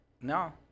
no